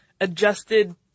adjusted